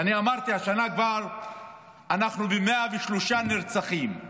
ואמרתי, השנה אנחנו כבר עם 103 נרצחים.